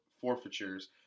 forfeitures